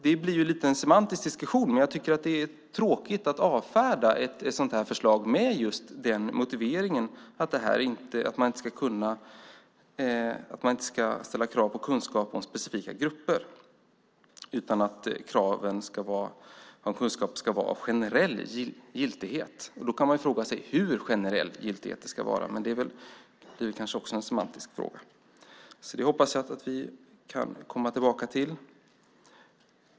Det blir lite en semantisk diskussion, men jag tycker att det är tråkigt att avfärda ett sådant här förslag med motiveringen att man inte ska ställa krav på kunskap om specifika grupper utan att kraven på kunskap ska vara av generell giltighet. Då kan man fråga sig hur generell giltigheten ska vara, men det är kanske också en semantisk fråga. Det hoppas jag att vi kan komma tillbaka till.